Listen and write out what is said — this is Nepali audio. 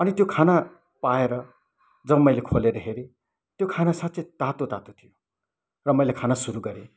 अनि त्यो खाना पाएर जब मैले खोलेर हेरेँ त्यो खाना साँच्चै तातोतातो थियो र मैले खान सुरु गरेँ